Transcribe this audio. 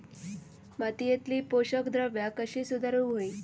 मातीयेतली पोषकद्रव्या कशी सुधारुक होई?